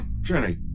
Jenny